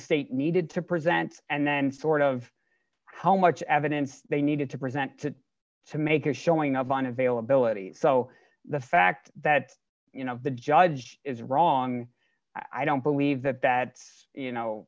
state needed to present and then sort of how much evidence they needed to present to to make a showing of an availability so the fact that you know the judge is wrong i don't believe that that you know